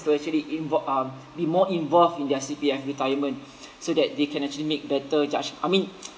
to actually invo~ um be more involved in their C_P_F retirement so that they can actually make better judge~ I mean